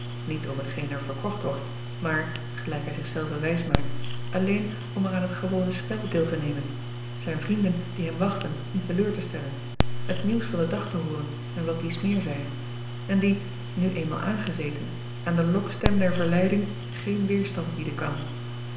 niet om hetgeen er verkocht wordt maar gelijk hij zich zelven wijs maakt alleen om er aan het gewone spel deel te nemen zijn vrienden die hem wachten niet te leur te stellen het nieuws van den dag te hooren en wat dies meer zij en die nu eenmaal aangezeten aan de lokstem der verleiding geen weêrstand bieden kan